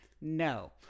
No